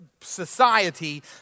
society